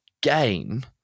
game